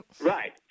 Right